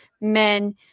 men